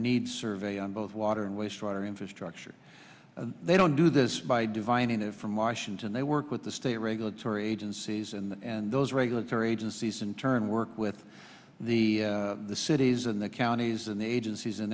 needs survey on both water and wastewater infrastructure they don't do this by dividing it from washington they work with the state regulatory agencies and those regulatory agencies in turn work with the the cities and the counties and agencies in